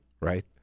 Right